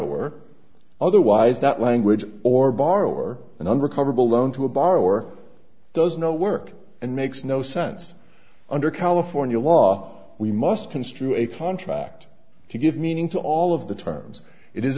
or otherwise that language or borrower an unrecoverable loan to a borrower does no work and makes no sense under california law we must construe a contract to give meaning to all of the terms it is